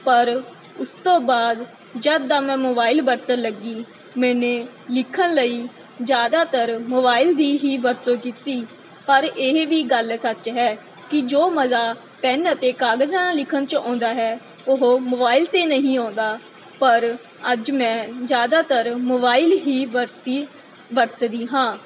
ਪਰ ਉਸ ਤੋਂ ਬਾਅਦ ਜਦੋਂ ਦਾ ਮੈਂ ਮੋਬਾਈਲ ਵਰਤਣ ਲੱਗੀ ਮੈਨੇ ਲਿਖਣ ਲਈ ਜ਼ਿਆਦਾਤਰ ਮੋਬਾਇਲ ਦੀ ਹੀ ਵਰਤੋਂ ਕੀਤੀ ਪਰ ਇਹ ਵੀ ਗੱਲ ਸੱਚ ਹੈ ਕਿ ਜੋ ਮਜ਼ਾ ਪੈਨ ਅਤੇ ਕਾਗਜ਼ਾਂ ਲਿਖਣ 'ਚ ਆਉਂਦਾ ਹੈ ਉਹ ਮੋਬਾਈਲ 'ਤੇ ਨਹੀਂ ਆਉਂਦਾ ਪਰ ਅੱਜ ਮੈਂ ਜ਼ਿਆਦਾਤਰ ਮੋਬਾਇਲ ਹੀ ਵਰਤੀ ਵਰਤਦੀ ਹਾਂ